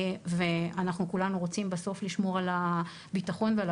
כי אנחנו כולנו רוצים בסוף לשמור על הביטחון ועל